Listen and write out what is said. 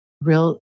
real